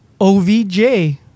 OVJ